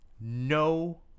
No